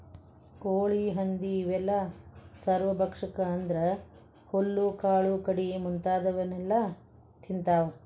ಕೋಳಿ ಹಂದಿ ಇವೆಲ್ಲ ಸರ್ವಭಕ್ಷಕ ಅಂದ್ರ ಹುಲ್ಲು ಕಾಳು ಕಡಿ ಮುಂತಾದವನ್ನೆಲ ತಿಂತಾವ